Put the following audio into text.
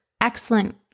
excellent